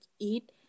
eat